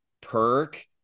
perk